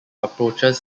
approaches